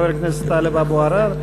חבר הכנסת טלב אבו עראר,